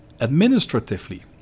administratively